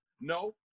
No